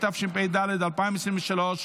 התשפ"ד 2023,